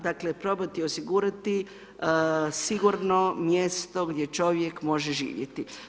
Dakle, probati osigurati sigurno mjesto gdje čovjek može živjeti.